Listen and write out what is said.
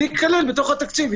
זה ייכלל בתקציב.